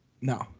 No